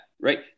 right